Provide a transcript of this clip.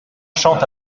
chante